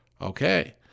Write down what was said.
Okay